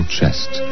chest